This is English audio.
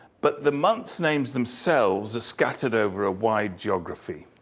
but the month names themselves are scattered over a wide geography.